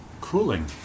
cooling